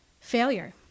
failure